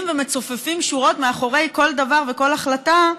ומצופפים שורות מאחורי כל דבר וכל החלטה,